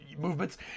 movements